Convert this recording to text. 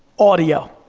audio.